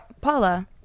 Paula